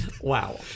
Wow